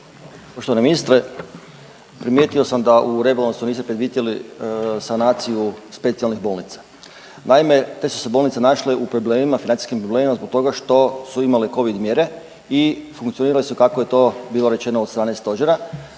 Gospodine ministre primijetio sam u rebalansu niste predvidjeli sanaciju specijalnih bolnica. Naime, te su se bolnice naše u problemima, financijskim problemima zbog toga što su imale Covid mjere i funkcionirale su kako je to bilo rečeno od strane stožera.